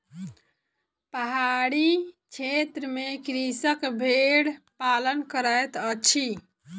पहाड़ी क्षेत्र में कृषक भेड़ पालन करैत अछि